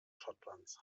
schottlands